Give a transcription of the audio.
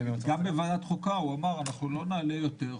גם לוועדת חוקה הוא אמר אנחנו לא נעלה יותר,